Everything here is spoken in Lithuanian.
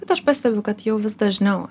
bet aš pastebiu kad jau vis dažniau